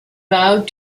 vowed